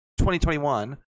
2021